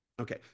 Okay